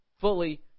fully